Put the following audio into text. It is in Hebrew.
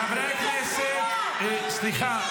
חברי הכנסת, סליחה.